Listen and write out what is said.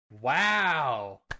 Wow